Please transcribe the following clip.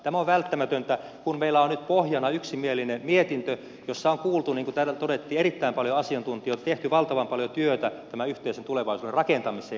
tämä on välttämätöntä kun meillä on nyt pohjana yksimielinen mietintö jossa on kuultu niin kuin täällä todettiin erittäin paljon asiantuntijoita tehty valtavan paljon työtä tämän yhteisen tulevaisuuden rakentamiseen